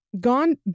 gone